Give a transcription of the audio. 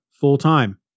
full-time